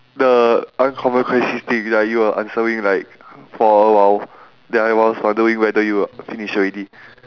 the uncommon characteristic that you are answering like for then I was wondering whether you finish already